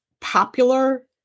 popular